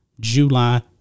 July